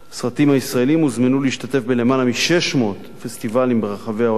הסרטים הישראליים הוזמנו להשתתף בלמעלה מ-600 פסטיבלים ברחבי העולם,